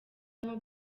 nko